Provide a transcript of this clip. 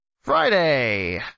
Friday